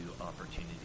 opportunity